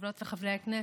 חברות וחברי הכנסת,